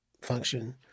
function